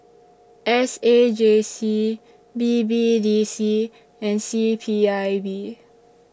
S A J C B B D C and C P I B